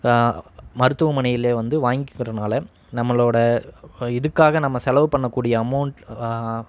மருத்துவமனையில் வந்து வாங்கிக்கிறதனால நம்மளோட இதுக்காக நம்ம செலவு பண்ணக்கூடிய அமௌண்ட்